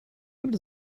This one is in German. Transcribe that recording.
gibt